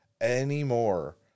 anymore